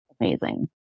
Amazing